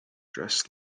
dressed